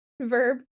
Verb